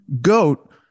goat